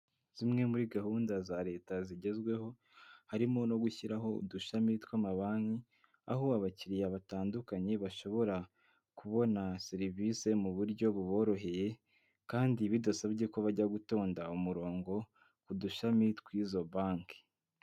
Zimwe muri gahunda za Leta zigezweho harimo no gushyiraho udushami tw'amabanki, aho abakiriya batandukanye bashobora kubona serivisi mu buryo buboroheye, kandi bidasabye ko bajya gutonda umurongo ku dushami tw'izo banki.